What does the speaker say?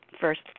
first